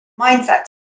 mindset